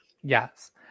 Yes